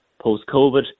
post-COVID